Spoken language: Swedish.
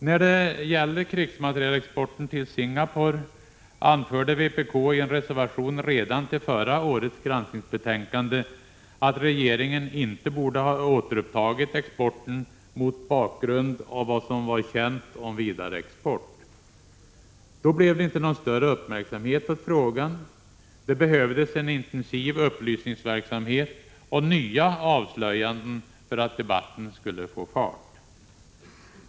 När det gäller krigsmaterielexporten till Singapore anförde vpk i en reservation redan till förra årets granskningsbetänkande att regeringen inte borde ha återupptagit exporten mot bakgrund av vad som var känt om vidareexport. Då blev det inte någon större uppmärksamhet åt frågan. Det behövdes en intensiv upplysningsverksamhet och nya avslöjanden för att debatten skulle få fart.